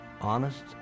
honest